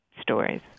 stories